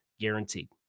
guaranteed